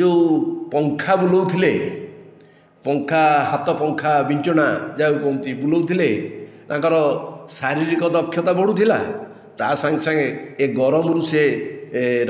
ଯେଉଁ ପଙ୍ଖା ବୁଲଉ ଥିଲେ ପଙ୍ଖା ହାତ ପଙ୍ଖା ବିଞ୍ଚଣା ଯାହାକୁ କୁହନ୍ତି ବୁଲଉଥିଲେ ତାଙ୍କର ଶାରୀରିକ ଦକ୍ଷତା ବଢ଼ୁଥିଲା ତା ସାଙ୍ଗେ ସାଙ୍ଗେ ଏ ଗରମରୁ ସିଏ